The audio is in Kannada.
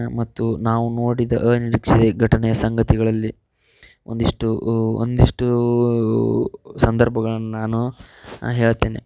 ಮತ್ತು ನಾವು ನೋಡಿದ ಅನಿರೀಕ್ಷಿತ ಘಟನೆಯ ಸಂಗತಿಗಳಲ್ಲಿ ಒಂದಿಷ್ಟು ಒಂದಿಷ್ಟು ಸಂದರ್ಭಗಳನ್ನ ನಾನು ಹೇಳ್ತೆನೆ